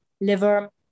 liver